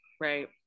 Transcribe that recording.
right